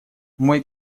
мой